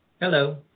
Hello